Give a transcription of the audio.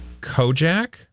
Kojak